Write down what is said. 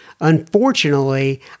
Unfortunately